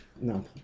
No